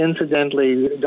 incidentally